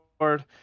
Lord